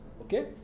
Okay